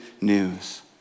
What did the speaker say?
news